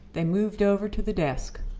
they moved over to the desk.